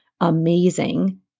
amazing